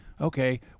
okay